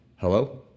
Hello